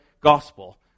gospel